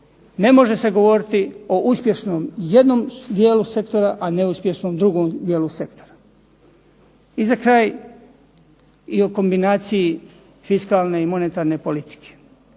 ne može se govoriti o uspješnom jednom dijelu sektora, a neuspješnom drugom dijelu sektora. I za kraj i o kombinaciji fiskalne i monetarne politike,